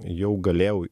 jau galėjau